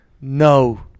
No